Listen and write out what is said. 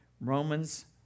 Romans